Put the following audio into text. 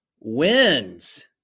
wins